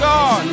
God